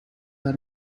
are